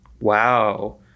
Wow